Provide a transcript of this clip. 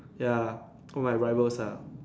ya all my rivals ah